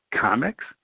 Comics